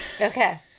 Okay